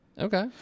Okay